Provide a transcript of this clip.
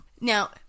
Now